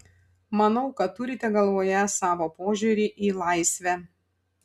manau kad turite galvoje savo požiūrį į laisvę